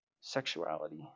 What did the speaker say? sexuality